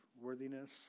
worthiness